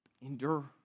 Endure